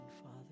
Father